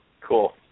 Cool